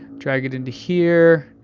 drag it into here,